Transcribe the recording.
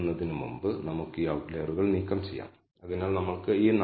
അതിനാൽ ഈ ലൈൻ സാങ്കേതികമായി 0 0 എന്നിവയിലൂടെ കടന്നുപോകണം അതാണ് നിങ്ങൾ പറഞ്ഞത്